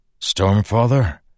Stormfather